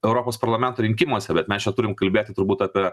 europos parlamento rinkimuose bet mes čia turim kalbėti turbūt apie